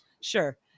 sure